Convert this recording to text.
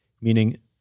meaning